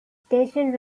station